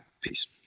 Peace